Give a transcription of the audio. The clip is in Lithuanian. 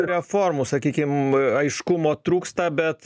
reformų sakykim aiškumo trūksta bet